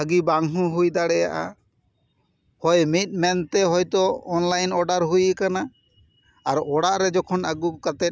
ᱵᱷᱟᱹᱜᱤ ᱵᱟᱝ ᱦᱚᱸ ᱦᱩᱭ ᱫᱟᱲᱮᱭᱟᱜᱼᱟ ᱦᱳᱭ ᱢᱤᱫ ᱢᱮᱱ ᱛᱮ ᱦᱳᱭ ᱛᱚ ᱚᱱᱞᱟᱭᱤᱱ ᱛᱮ ᱚᱰᱟᱨ ᱦᱩᱭ ᱟᱠᱟᱱᱟ ᱟᱨ ᱚᱲᱟᱜ ᱨᱮ ᱡᱚᱠᱷᱚᱱ ᱟᱜᱩ ᱠᱟᱛᱮᱫ